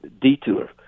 detour